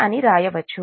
అని వ్రాయవచ్చు